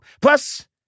Plus